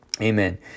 Amen